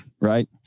Right